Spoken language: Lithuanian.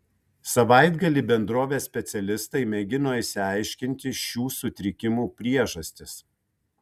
savaitgalį bendrovės specialistai mėgino išsiaiškinti šių sutrikimų priežastis